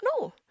no